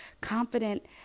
confident